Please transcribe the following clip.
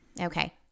Okay